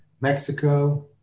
Mexico